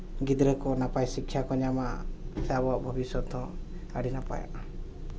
ᱜᱤᱫᱽᱨᱟᱹ ᱠᱚ ᱱᱟᱯᱟᱭ ᱥᱤᱠᱠᱷᱟ ᱠᱚ ᱧᱟᱢᱟ ᱚᱱᱟᱛᱮ ᱟᱵᱚᱣᱟᱜ ᱵᱷᱚᱵᱤᱥᱥᱚᱛ ᱦᱚᱸ ᱟᱹᱰᱤ ᱱᱟᱯᱟᱭᱚᱜᱼᱟ